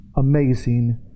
Amazing